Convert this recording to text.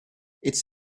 it’s